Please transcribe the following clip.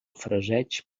fraseig